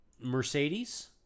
Mercedes